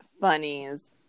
funnies